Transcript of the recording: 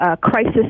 crisis